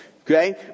Okay